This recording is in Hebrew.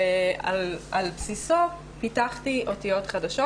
ועל בסיסו פיתחתי אותיות חדשות.